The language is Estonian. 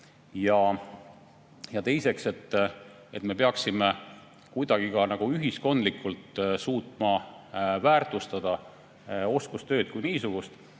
Ja teiseks, me peaksime kuidagi ka ühiskondlikult suutma väärtustada oskustööd kui niisugust.